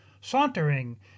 sauntering